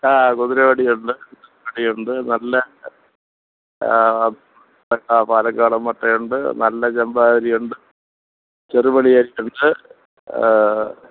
ആ കുതിരയോടി ഉണ്ട് ആ കുതിരയോടി ഉണ്ട് നല്ല മട്ട പാലക്കാടൻ മട്ടയുണ്ട് നല്ല ചെമ്പാവരി ഉണ്ട് ചെറുമണി അരി ഉണ്ട് ആ